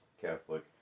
Catholic